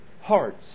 hearts